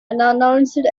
unannounced